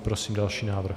Prosím další návrh.